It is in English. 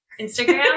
Instagram